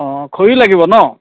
অঁ খৰি লাগিব ন